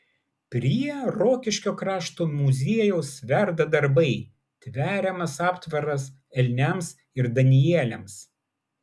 prie rokiškio krašto muziejaus verda darbai tveriamas aptvaras elniams ir danieliams